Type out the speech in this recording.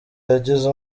yagize